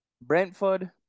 Brentford